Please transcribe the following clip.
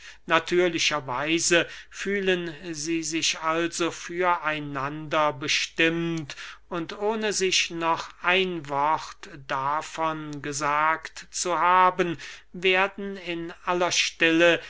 natürlicher weise fühlen sie sich also für einander bestimmt und ohne sich noch ein wort davon gesagt zu haben werden in aller stille